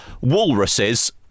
walruses